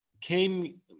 came